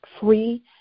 free